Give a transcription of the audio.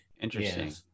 Interesting